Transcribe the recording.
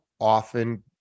often